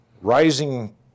rising